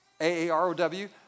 A-A-R-O-W